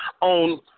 on